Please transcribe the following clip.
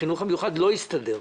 החינוך המיוחד לא הסתדר.